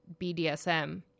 BDSM